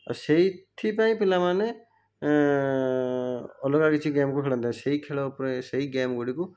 ସେଇଥି ପାଇଁ ପିଲାମାନେ ଅଲଗା କିଛି ଗେମ୍କୁ ଖେଳନ୍ତି ନାହିଁ ସେହି ଖେଳ ଉପରେ ସେହି ଗେମ୍ଗୁଡ଼ିକୁ